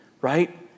right